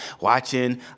watching